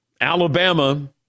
Alabama